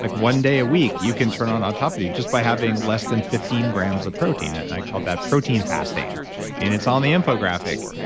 like one day a week, you can turn on autophagy, just by having less than fifteen grams of protein, and i called that protein fasting and it's on the infographic.